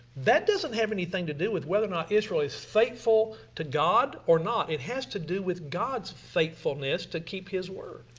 that doesn't have anything to do with whether or not israel is faithful to god or not. it has to do with god's faithfulness to keep his word.